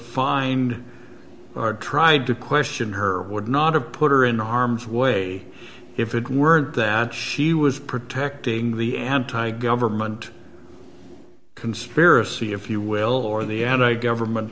find or tried to question her would not have put her in harm's way if it weren't that she was protecting the anti government conspiracy if you will or the anti government